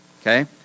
okay